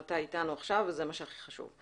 אתה אתנו עכשיו וזה מה שהכי חשוב.